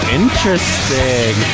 interesting